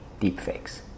deepfakes